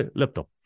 laptop